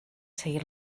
seguir